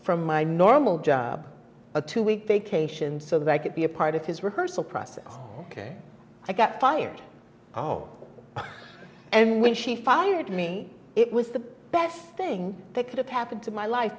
from my normal job a two week vacation so that i could be a part of his rehearsal process ok i got fired oh and when she fired me it was the best thing that could have happened to my life